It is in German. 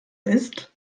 ist